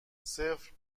صفر